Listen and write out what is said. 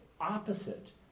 opposite